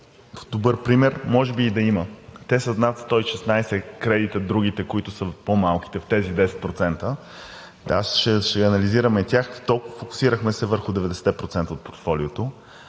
добър пример. Може и да има. Те са с над 116 кредита – другите, които са по-малките в тези 10%. Ще анализирам и тях. Фокусирахме се върху 90% от портфолиото.